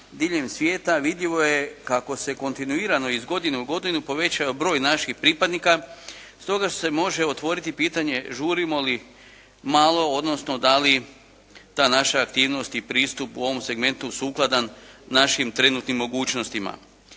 diljem svijeta vidljivo je kako se kontinuirano iz godine u godine povećao broj naših pripadnika stoga se može otvoriti pitanje žurimo li malo, odnosno da li ta naša aktivnost i pristup u ovom segmentu sukladan našim trenutnim mogućnostima.